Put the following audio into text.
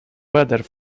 weather